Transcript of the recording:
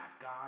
God